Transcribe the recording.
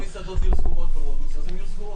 אם המסעדות ברודוס יהיו סגורות, הן יהיו סגורות.